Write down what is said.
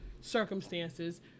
circumstances